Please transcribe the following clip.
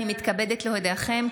אני מתכבדת להודיעכם,